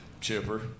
Chipper